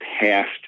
passed